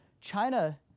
China